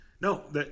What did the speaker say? No